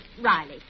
Riley